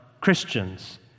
Christians